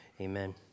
Amen